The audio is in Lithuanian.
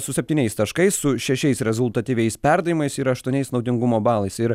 su septyniais taškais su šešiais rezultatyviais perdavimais ir aštuoniais naudingumo balais ir